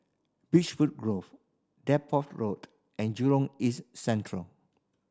Beech Food Grove Deptford Road and Jurong East Central